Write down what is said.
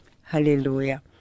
hallelujah